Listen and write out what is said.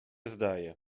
zdaje